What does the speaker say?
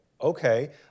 Okay